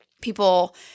people